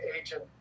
agent